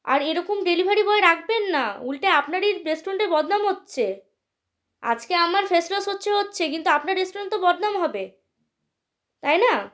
আর এরকম delivery boy রাখবেন না উল্টে আপনারই রেস্টুরেন্টের বদনাম হচ্ছে আজকে আমার ফেস লস হচ্ছে হচ্ছে কিন্তু আপনার রেস্টুরেন্ট তো বদনাম হবে তাই না